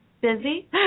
Busy